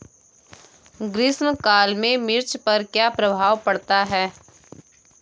ग्रीष्म काल में मिर्च पर क्या प्रभाव पड़ता है?